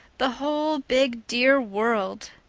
the whole big dear world.